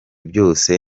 byose